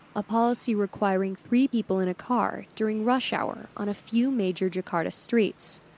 a policy requiring three people in a car during rush hour on a few major jakarta streets.